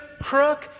crook